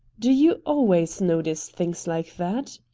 do you always notice things like that?